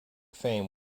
fame